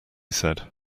said